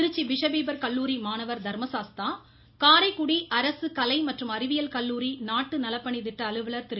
Trichy bishop Heber கல்லூரி மாணவர் தர்மசாஸ்தா காரைக்குடி அரசு கலை மற்றும் அறிவியல் கல்லூரி நாட்டுநலப்பணித்திட்ட அலுவலர் திரு